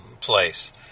place